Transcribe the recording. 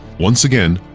once again,